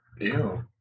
Ew